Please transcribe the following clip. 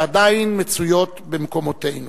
שעדיין מצויות במקומותינו.